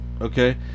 okay